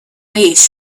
leafed